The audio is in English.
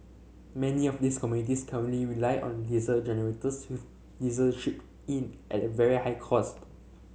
many of these communities currently rely on diesel generators with diesel shipped in at very high cost